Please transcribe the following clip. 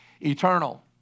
eternal